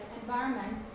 environment